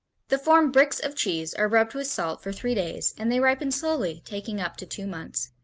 the formed bricks of cheese are rubbed with salt for three days and they ripen slowly, taking up to two months.